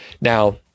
Now